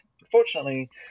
Unfortunately